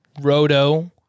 Roto